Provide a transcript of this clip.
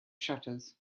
shutters